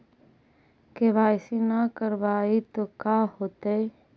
KYC न करवाई तो का हाओतै?